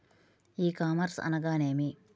ఈ కామర్స్ అనగా నేమి?